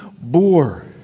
bore